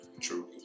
True